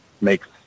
makes